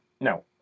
no